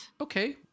Okay